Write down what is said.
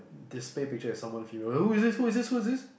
display picture is someone female who is this who is this who is this